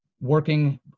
working